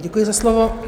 Já děkuji za slovo.